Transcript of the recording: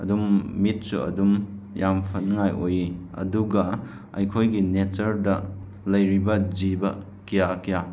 ꯑꯗꯨꯝ ꯃꯤꯠꯁꯨ ꯑꯗꯨꯝ ꯌꯥꯝ ꯐꯅꯤꯡꯉꯥꯏ ꯑꯣꯏꯌꯦ ꯑꯗꯨꯒ ꯑꯩꯈꯣꯏꯒꯤ ꯅꯦꯆꯔꯗ ꯂꯩꯔꯤꯕ ꯖꯤꯕ ꯀꯌꯥ ꯀꯌꯥ